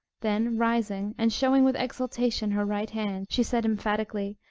then rising, and showing with exultation her right hand, she said, emphatically,